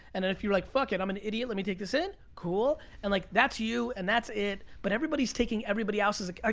and and if you're like, fuck it, i'm an idiot. let me take this in, cool. and like that's you, and that's it. but everybody is taking everybody else, like, ah